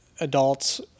adults